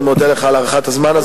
אני מודה לך על הארכת הזמן הזאת.